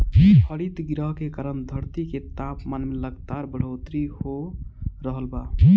हरितगृह के कारण धरती के तापमान में लगातार बढ़ोतरी हो रहल बा